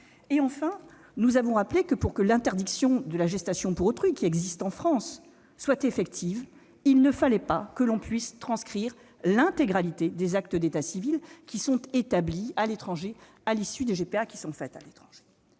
Enfin, nous avons rappelé que, pour que l'interdiction de la gestation pour autrui qui existe en France soit effective, il ne fallait pas que l'on puisse transcrire l'intégralité des actes d'état civil établis à l'étranger à l'issue de GPA qui y sont réalisées.